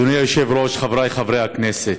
אדוני היושב-ראש, חבריי חברי הכנסת,